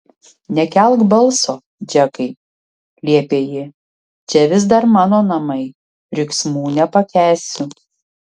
nekelk balso džekai liepė ji čia vis dar mano namai riksmų nepakęsiu